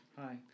Hi